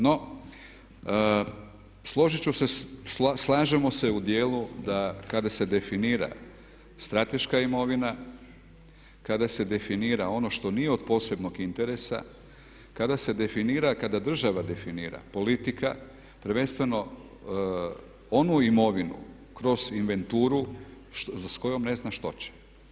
No složit ću se, slažemo se u djelu da kada se definira strateška imovina, kada se definira ono što nije od posebnog interesa, kada se definira kada država definira, politika prvenstveno onu imovinu kroz inventuru s kojom ne zna što će.